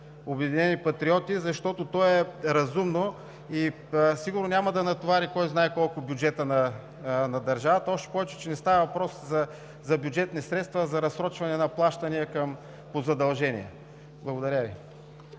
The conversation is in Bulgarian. „Обединени патриоти“, защото то е разумно и сигурно няма да натовари кой знае колко бюджета на държавата. Още повече не става въпрос за бюджетни средства, а за разсрочване на плащания по задължения. Благодаря Ви.